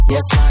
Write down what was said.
Yes